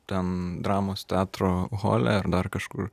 ten dramos teatro hole ar dar kažkur